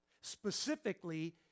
Specifically